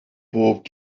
bob